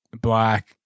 black